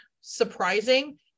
surprising